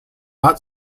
not